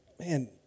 Man